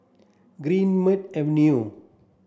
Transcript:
Greenmead Avenue